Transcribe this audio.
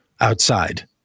outside